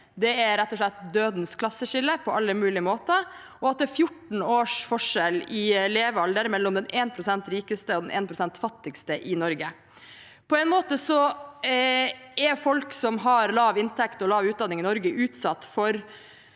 Det er rett og slett dødens klasseskille på alle mulige måter. Det er også 14 års forskjell i levealder mellom den rikeste prosenten og den fattigste prosenten i Norge. På en måte er folk som har lav inntekt og lav utdanning i Norge, utsatt for